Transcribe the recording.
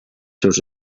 seus